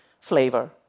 flavor